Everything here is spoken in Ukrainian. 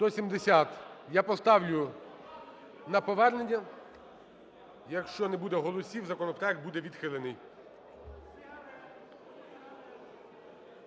Я поставлю на повернення. Якщо не буде голосів, законопроект буде відхилений.